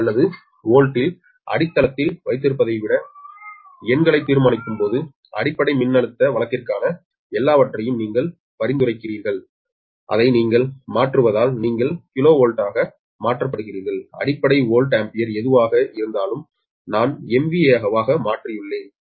ஏ அல்லது வோல்ட்டில் அடித்தளத்தை வைத்திருப்பதை விட எண்களைத் தீர்க்கும்போது அடிப்படை மின்னழுத்த வழக்கிற்கான எல்லாவற்றையும் நீங்கள் பரிந்துரைக்கிறீர்கள் அதை நீங்கள் மாற்றுவதால் நீங்கள் கிலோவோல்ட்டாக மாற்றப்பட்டீர்கள் அடிப்படை வோல்ட் ஆம்பியர் எதுவாக இருந்தாலும் நான் MVA ஆக மாற்றியுள்ளேன்